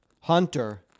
hunter